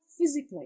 physically